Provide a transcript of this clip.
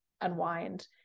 unwind